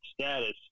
status